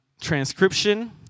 transcription